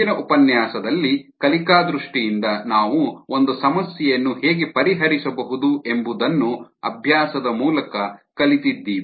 ಹಿಂದಿನ ಉಪನ್ಯಾಸದಲ್ಲಿ ಕಲಿಕಾ ದೃಷ್ಟಿಯಿಂದ ನಾವು ಒಂದು ಸಮಸ್ಯೆಯನ್ನು ಹೇಗೆ ಪರಿಹರಿಸಬಹುದು ಎಂಬುದನ್ನು ಅಭ್ಯಾಸದ ಮೂಲಕ ಕಲಿತ್ತಿದ್ದೀವಿ